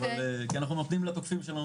כי אנחנו נותנים לתוקפים שלנו,